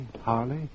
Harley